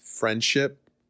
friendship